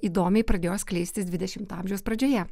įdomiai pradėjo skleistis dvidešimto amžiaus pradžioje